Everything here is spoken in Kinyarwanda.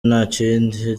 ntakindi